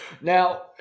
Now